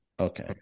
Okay